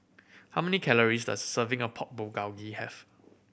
how many calories does serving of Pork Bulgogi have